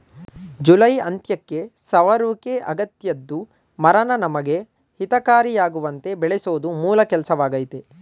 July ಅಂತ್ಯಕ್ಕೆ ಸವರುವಿಕೆ ಅಗತ್ಯದ್ದು ಮರನ ನಮಗೆ ಹಿತಕಾರಿಯಾಗುವಂತೆ ಬೆಳೆಸೋದು ಮೂಲ ಕೆಲ್ಸವಾಗಯ್ತೆ